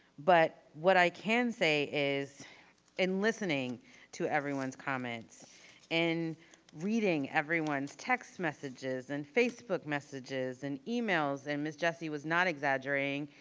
but what i can say is in listening to everyone's comments and reading everyone's text messages and facebook messages and emails, and ms. jessie was not exaggerating,